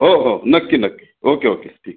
हो हो नक्की नक्की ओके ओके ठीक आहे